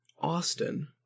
Austin